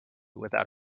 without